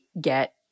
get